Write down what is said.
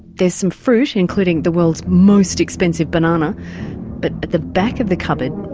there's some fruit including the world's most expensive banana but at the back of the cupboard,